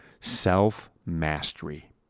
self-mastery